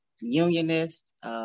unionist